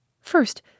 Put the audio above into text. First